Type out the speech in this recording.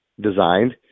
designed